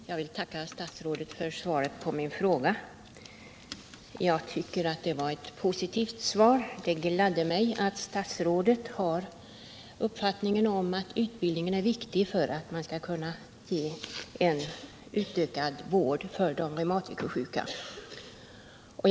Herr talman! Jag vill tacka statsrådet för svaret på min fråga, som jag tycker var positivt. Det gladde mig att statsrådet också har den uppfattningen att utbildning är viktig för att man skall kunna ge de reumatikersjuka en ökad vård.